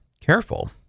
careful